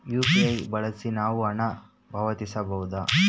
UPI ಬಳಸಿ ನಾವು ಹಣ ಪಾವತಿಸಬಹುದಾ?